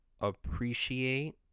appreciate